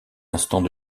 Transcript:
instants